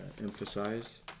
emphasize